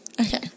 Okay